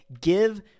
give